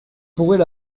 pourrait